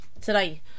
today